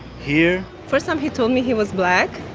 here. first time he told me he was black,